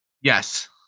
Yes